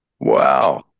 Wow